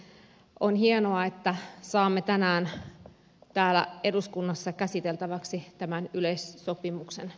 on hienoa että saamme tänään täällä eduskunnassa käsiteltäväksi tämän yleissopimuksen